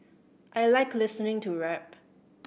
I like listening to rap